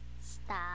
Stop